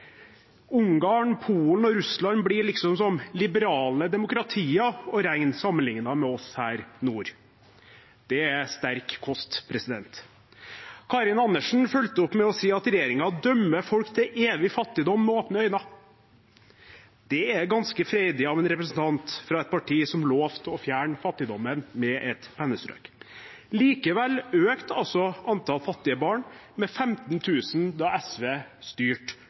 Ungarn, Polen og Russland blir liksom som liberale demokratier å regne sammenlignet med oss her nord. Det er sterk kost. Karin Andersen fulgte opp med å si at regjeringen med åpne øyne dømmer folk til evig fattigdom. Det er ganske freidig av en representant for et parti som lovte å fjerne fattigdommen med et pennestrøk. Likevel økte antall fattige barn med 15 000 da SV styrte